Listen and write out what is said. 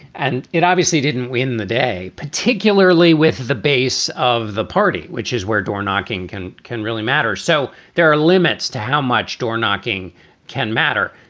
and it obviously didn't win the day, particularly with the base of the party, which is where door knocking can can really matter. so there are limits to how much door knocking can matter.